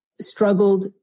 struggled